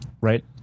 Right